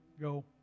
go